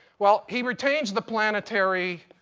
well, he retains the planetary